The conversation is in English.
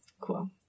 Cool